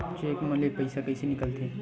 Cheque म ले पईसा कइसे निकलथे?